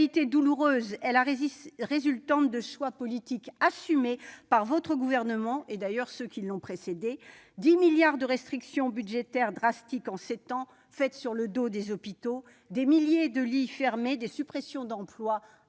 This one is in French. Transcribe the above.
réalité douloureuse est la résultante de choix politiques assumés par le Gouvernement et ceux qui l'ont précédé : 10 milliards d'euros de restrictions budgétaires draconiennes en sept ans, réalisées sur le dos des hôpitaux, des milliers de lits fermés, des suppressions d'emplois